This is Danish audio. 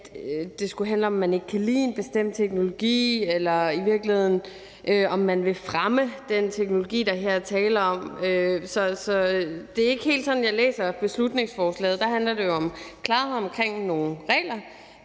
at det skulle handle om, om man ikke kan lide en bestemt teknologi, eller i virkeligheden, om man vil fremme den teknologi, der her er tale om. Det er ikke helt sådan, jeg læser beslutningsforslaget. Der handler det jo om klarhed omkring nogle regler.